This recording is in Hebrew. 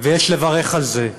ויש לברך על זה.